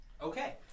Okay